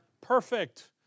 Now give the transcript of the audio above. perfect